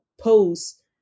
post